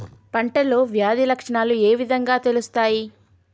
పంటలో వ్యాధి లక్షణాలు ఏ విధంగా తెలుస్తయి?